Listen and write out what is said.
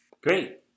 great